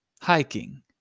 hiking